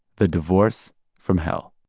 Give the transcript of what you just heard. the divorce from hell